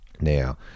now